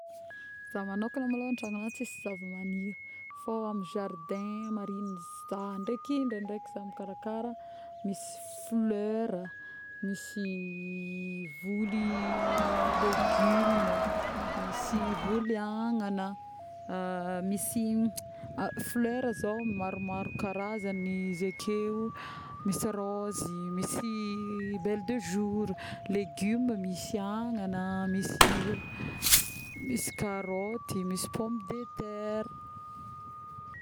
Za magnokagna malôha antragno agny tsisy zava-magniry fô amin-jaridin marigny zà ndraiky ndraikindraiky za mikarakara misy fleura, misy voly légume, misy voly agnana, misy fleur zao maromaro karazagna izy akeo, misy rôzy, misy belle de jour, légume, misy agnana, misy karoty, misy pomme de terre